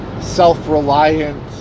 self-reliant